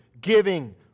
giving